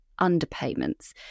underpayments